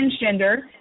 transgender